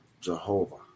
Jehovah